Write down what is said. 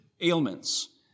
ailments